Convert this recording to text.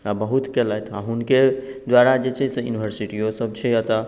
बहुत केलथि आ हुनके द्वारा जे छै से यूनिवर्सिटीयो सब छै एतए